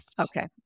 Okay